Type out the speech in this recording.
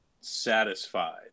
satisfied